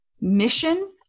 mission